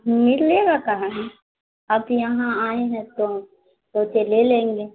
ملے گا کاہے نہیں آپ یہاں آئے ہیں تو سوچے لے لیں گے